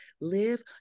Live